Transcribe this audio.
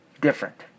different